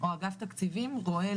גם בתקציבים קודמים ולא החלטנו,